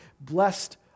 blessed